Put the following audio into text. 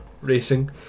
racing